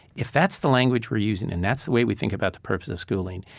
if that's the language we're using and that's the way we think about the purpose of schooling,